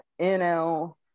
NL